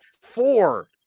Four